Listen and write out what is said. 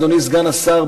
אדוני סגן השר,